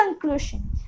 conclusion